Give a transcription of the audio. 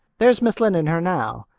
there's mrs. lynde and her now.